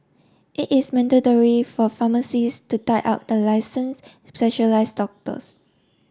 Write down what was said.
it is mandatory for pharmacies to tie up the licensed specialise doctors